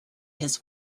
his